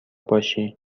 باشی